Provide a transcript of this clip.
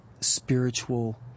spiritual